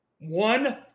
One